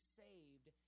saved